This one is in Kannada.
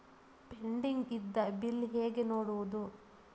ಪೆಂಡಿಂಗ್ ಇದ್ದ ಬಿಲ್ ಹೇಗೆ ನೋಡುವುದು?